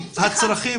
שהצרכים